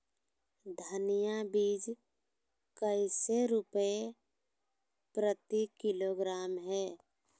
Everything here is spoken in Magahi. धनिया बीज कैसे रुपए प्रति किलोग्राम है?